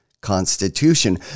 Constitution